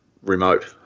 remote